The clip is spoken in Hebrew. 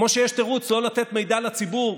כמו שיש תירוץ לא לתת מידע לציבור